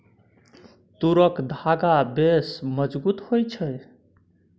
तूरक धागा बेस मजगुत होए छै